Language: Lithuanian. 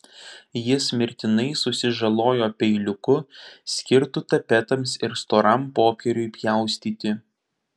jis mirtinai susižalojo peiliuku skirtu tapetams ir storam popieriui pjaustyti